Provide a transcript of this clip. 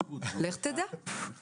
אני מתנצל, אני צריך לצאת.